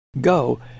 go